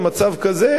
במצב כזה,